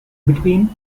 between